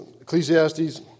Ecclesiastes